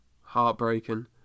Heartbreaking